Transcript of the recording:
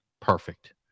perfect